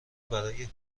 برای